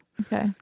Okay